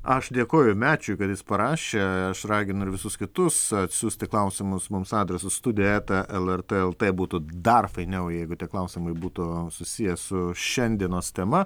aš dėkoju mečiui kad jis parašė aš raginu ir visus kitus atsiųsti klausimus mums adresu studija eta lrt lt būtų dar fainiau jeigu tie klausimai būtų susiję su šiandienos tema